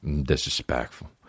Disrespectful